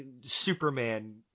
Superman